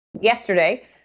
yesterday